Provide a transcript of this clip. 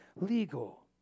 legal